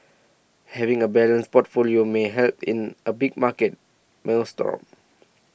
having a balanced portfolio may help in a big market maelstrom